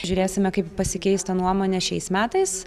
žiūrėsime kaip pasikeis ta nuomonė šiais metais